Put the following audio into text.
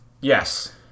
Yes